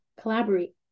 Collaborate